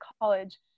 college